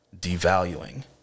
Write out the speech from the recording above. devaluing